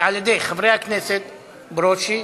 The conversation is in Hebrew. בעד דין רציפות, 7,